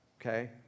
Okay